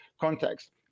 context